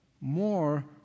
more